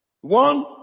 One